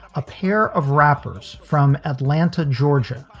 a pair of rappers from atlanta, georgia,